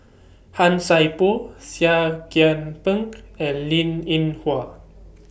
Han Sai Por Seah Kian Peng and Linn in Hua